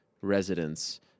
residents